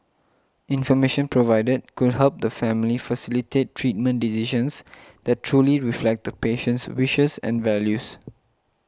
information provided could help the family facilitate treatment decisions that truly reflect the patient's wishes and values